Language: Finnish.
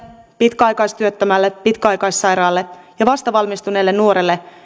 pitkäaikaistyöttömälle pitkäaikaissairaalle ja vastavalmistuneelle nuorelle